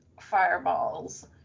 fireballs